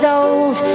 old